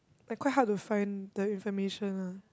like quite hard to find the information lah